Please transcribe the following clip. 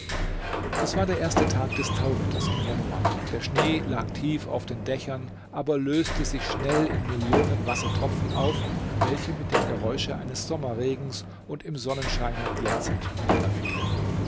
es war der erste tag des tauwetters im januar der schnee lag tief auf den dächern aber löste sich schnell in millionen wassertropfen auf welche mit dem geräusche eines sommerregens und im sonnenscheine glänzend